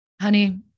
honey